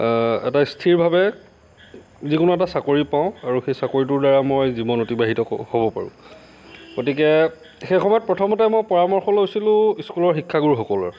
এটা স্থিৰভাৱে যিকোনো এটা চাকৰি পাওঁ আৰু সেই চাকৰিটোৰ দ্বাৰা মই জীৱন অতিবাহিত কৰোঁ হ'ব পাৰোঁ গতিকে সেই সময়ত প্ৰথমতে মই পৰামৰ্শ লৈছিলোঁ স্কুলৰ শিক্ষাগুৰু সকলৰ